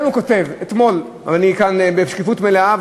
אני כאן בשקיפות מלאה,